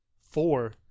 Four